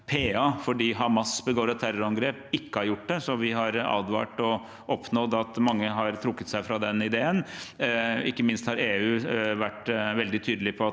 PA fordi Hamas begår et terrorangrep, ikke har gjort det. Vi har advart mot det og oppnådd at mange har trukket seg fra den ideen. Ikke minst har EU vært veldig tydelig på at